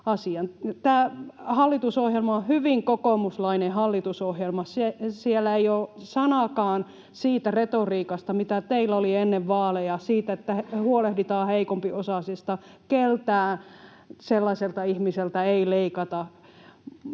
Tämä hallitusohjelma on hyvin kokoomuslainen hallitusohjelma. Siellä ei ole sanaakaan siitä retoriikasta, mitä teillä oli ennen vaaleja siitä, että huolehditaan heikompiosaisista, keltään sellaiselta ihmiseltä ei leikata.